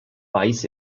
weiß